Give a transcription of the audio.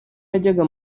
yajyaga